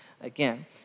again